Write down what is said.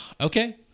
okay